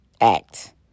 act